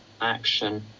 action